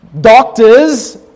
doctors